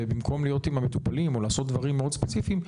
במקום להיות עם המטופלים או לעשות דברים מאוד ספציפיים,